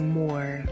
more